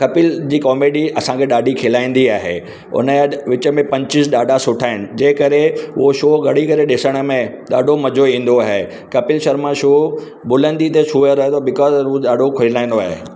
Kapil ji comedy असांखे ॾाढी खिलाईंदी आहे उन या विच में पंचिस ॾाढा सुठा आहिनि जे करे उहो शो खणी करे ॾिसण में ॾाढो मज़ो ईंदो आहे कपिल शर्मा शो बुलंदी ते छूए रहे थो बिकॉज़ उहो ॾाढो खिलाईंदो आहे